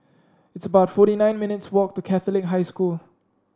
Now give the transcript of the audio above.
it's about forty nine minutes' walk to Catholic High School